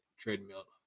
treadmill